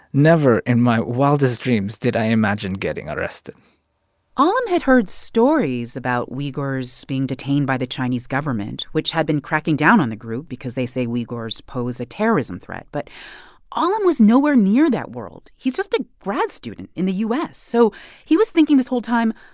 never in my wildest dreams did i imagine getting arrested alim had heard stories about ah uighurs being detained by the chinese government, which had been cracking down on the group because they say uighurs pose a terrorism threat. but alim was nowhere near that world. he's just a grad student in the u s. so he was thinking this whole time,